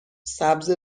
سبز